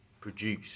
produce